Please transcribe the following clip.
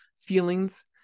feelings